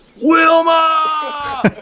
Wilma